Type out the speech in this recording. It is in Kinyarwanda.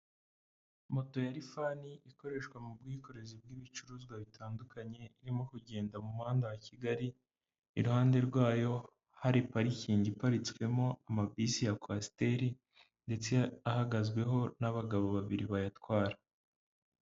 Moto ya rifani, ikoreshwa mu bwikorezi bw'ibicuruzwa bitandukanye, irimo kugenda mu muhanda wa kigali, iruhande rwayo hari parikingi iparitswemo amabisi ya kwasiteri ndetse ahagazweho n'abagabo babiri bayatwara.